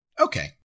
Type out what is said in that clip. Okay